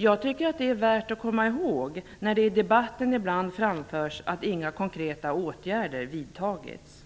Jag tycker att detta är värt att komma ihåg när det ibland i debatten framförs att inga konkreta åtgärder har vidtagits.